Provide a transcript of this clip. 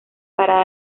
parada